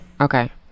Okay